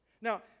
Now